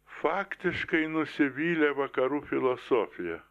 faktiškai nusivylė vakarų filosofija